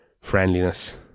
friendliness